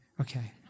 Okay